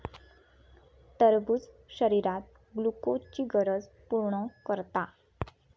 टरबूज शरीरात ग्लुकोजची गरज पूर्ण करता